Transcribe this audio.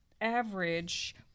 average